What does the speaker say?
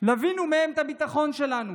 לווינו מהם את הביטחון שלנו,